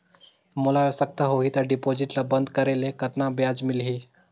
मोला आवश्यकता होही त डिपॉजिट ल बंद करे ले कतना ब्याज मिलही?